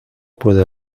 puede